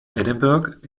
edinburgh